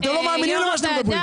אתם לא מאמינים למה אתם אומרים.